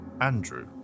Andrew